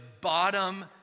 bottom